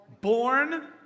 born